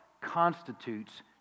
constitutes